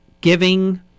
giving